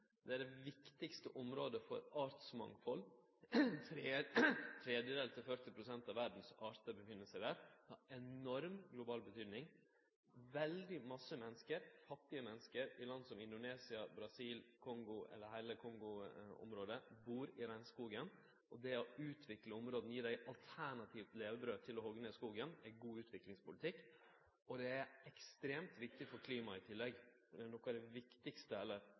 viktigaste området for artsmangfald – 30 til 40 pst. av verdas artar finst der. Han har ein enorm global betydning – veldig mange menneskjer, fattige menneskjer i land som Indonesia, Brasil og i heile Kongo-området bur i regnskogen. Det å utvikle områda og gi dei alternativt levebrød til å hogge ned skogen, er god utviklingspolitikk, og det er ekstremt viktig for klimaet i tillegg. Det er noko av det viktigaste